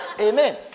Amen